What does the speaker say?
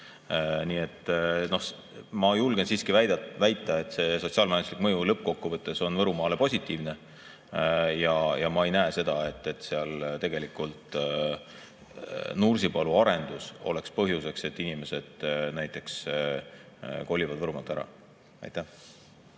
Nii et ma julgen siiski väita, et see sotsiaal-majanduslik mõju lõppkokkuvõttes on Võrumaale positiivne. Ja ma ei näe seda, et tegelikult Nursipalu arendus oleks põhjuseks, et inimesed kolivad Võrumaalt ära. Aitäh!